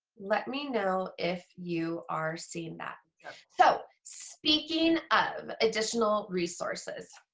let me know if you are seeing that so speaking of additional resources